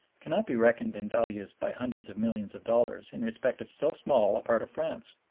cannot be reckoned in value by hundreds of millions of dollars in respect of so small a part of france.